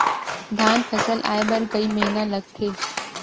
धान फसल आय बर कय महिना लगथे?